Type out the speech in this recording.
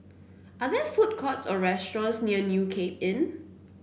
are there food courts or restaurants near New Cape Inn